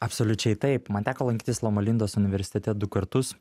absoliučiai taip man teko lankytis loma lindos universitete du kartus